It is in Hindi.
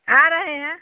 आ रहे हैं